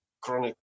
chronic